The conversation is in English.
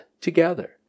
together